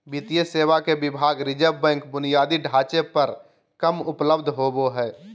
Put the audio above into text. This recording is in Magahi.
वित्तीय सेवा के विभाग रिज़र्व बैंक बुनियादी ढांचे पर कम उपलब्ध होबो हइ